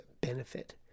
benefit